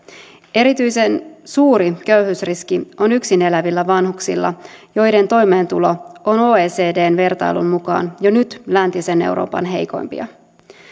erityisen suuri köyhyysriski on yksin elävillä vanhuksilla joiden toimeentulo on oecdn vertailun mukaan jo nyt läntisen euroopan heikoimpia